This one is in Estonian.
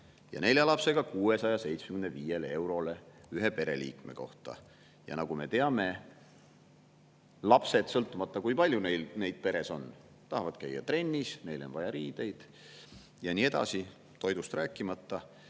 ja nelja lapsega 675 eurole ühe pereliikme kohta. Nagu me teame, lapsed, sõltumata, kui palju neid peres on, tahavad käia trennis, neile on vaja riideid ja nii edasi, toidust rääkimata.